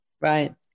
right